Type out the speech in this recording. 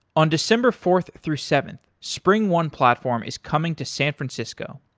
on december fourth through seventh, springone platform is coming to san francisco.